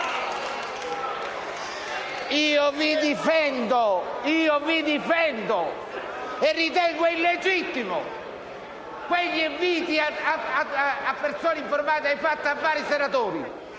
Io vi difendo, e ritengo illegittimi quegli avvisi a persone informate dei fatti inviati ai senatori.